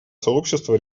сообщество